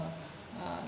uh